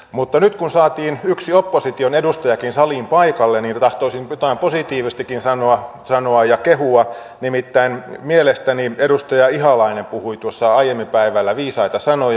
mutta nyt kun saatiin yksi opposition edustajakin saliin paikalle niin tahtoisin jotain positiivistakin sanoa ja kehua nimittäin mielestäni edustaja ihalainen puhui aiemmin päivällä viisaita sanoja